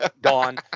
Dawn